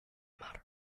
matter